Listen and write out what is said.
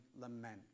lament